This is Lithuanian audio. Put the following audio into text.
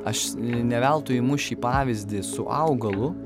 aš ne veltui imu šį pavyzdį su augalu